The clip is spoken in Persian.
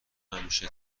همیشه